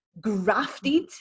grafted